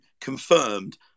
confirmed